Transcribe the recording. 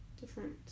different